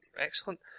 Excellent